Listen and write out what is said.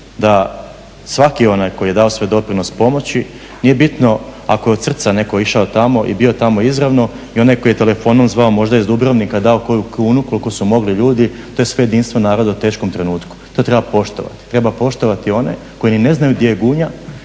da svaki onaj koji je dao svoj doprinos pomoći, nije bitno ako je od srca netko išao tamo i bio tamo izravno i onaj koji je telefonom zvao možda iz Dubrovnika, dao koju kunu koliko su mogli ljudi te sve jedinstvo naroda u teškom trenutku. To treba poštovati, treba poštovati one koji ni ne znaju gdje je Gunja,